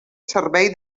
servei